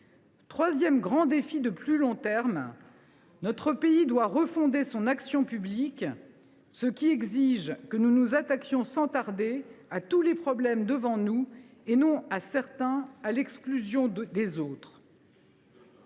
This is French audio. Troisième grand défi, de plus long terme, notre pays doit refonder son action publique, ce qui exige que nous nous attaquions sans tarder à tous les problèmes qui sont devant nous, et non à certains à l’exclusion des autres.